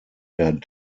der